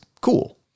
cool